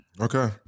Okay